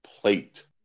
plate